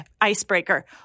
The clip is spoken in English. icebreaker